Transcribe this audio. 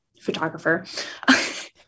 photographer